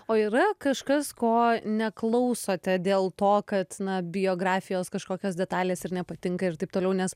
o yra kažkas ko neklausote dėl to kad na biografijos kažkokios detalės ir nepatinka ir taip toliau nes